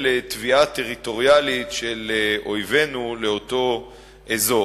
תביעה טריטוריאלית של אויבינו על אותו אזור.